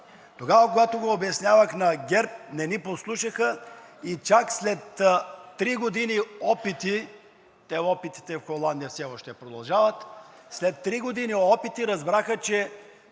държави. Когато го обяснявах на ГЕРБ, не ни послушаха и чак след три години опити – опитите в Холандия все още продължават, след три години опити разбраха, че